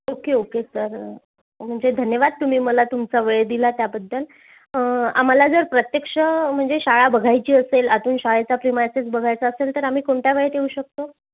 okay okay sir म्हणजे धन्यवाद तुम्ही मला तुमचा वेळ दिला त्याबद्दल आम्हाला जर प्रत्यक्ष म्हणजे शाळा बघायची असेल आतून शाळेचा प्रिमायसेस बघायचा असेल तर आम्ही कोणत्या वेळेत येऊ शकतो